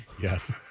yes